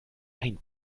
ein